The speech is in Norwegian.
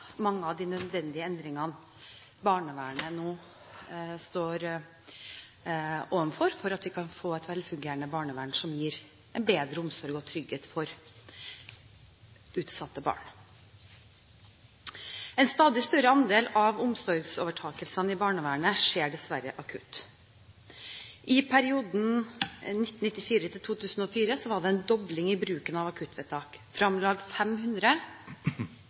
mange av de nødvendige endringene som barnevernet nå står overfor, slik at vi kan få et velfungerende barnevern som gir en bedre omsorg og trygghet for utsatte barn. En stadig større andel av omsorgsovertakelsene i barnevernet skjer dessverre akutt. I perioden 1994–2004 var det en dobling i bruken av akuttvedtak, fra om lag 500